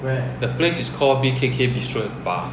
the place is called B_K_K bistro and bar